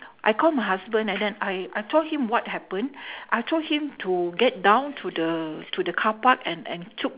I called my husband and then I I told him what happen I told him to get down to the to the car park and and took